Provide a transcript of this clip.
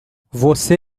você